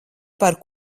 par